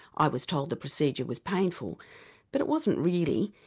i was told the procedure was painful but it wasn't really,